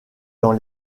dans